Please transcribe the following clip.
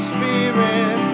Spirit